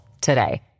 today